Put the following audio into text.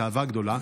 את האהבה הגדולה,